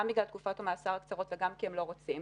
גם בגלל תקופות המאסר הקצרות וגם כי הם לא רוצים,